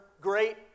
Great